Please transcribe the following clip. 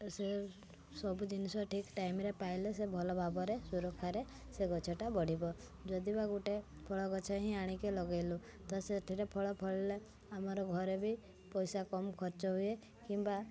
ସେ ସବୁ ଜିନିଷ ଠିକ୍ ଟାଇମ୍ରେ ପାଇଲେ ସେ ଭଲଭାବରେ ସୁରକ୍ଷାରେ ସେ ଗଛଟା ବଢ଼ିବ ଯଦି ବା ଗୋଟାଏ ଫଳଗଛ ହିଁ ଆଣିକି ଲଗାଇଲୁ ତ ସେଥିରେ ଫଳ ଫଳିଲେ ଆମର ଘରେ ବି ପଇସା କମ୍ ଖର୍ଚ୍ଚ ହୁଏ କିମ୍ବା